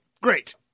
Great